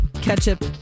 ketchup